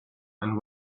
and